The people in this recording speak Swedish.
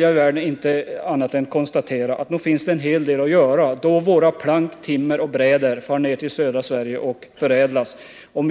Jag kan inte annat än konstatera att nog finns det en hel del att göra, då våra plank, vårt timmer och våra bräder transporteras ned till södra Sverige för att förädlas. Då